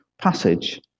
passage